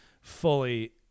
fully